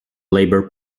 labour